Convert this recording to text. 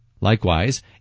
Likewise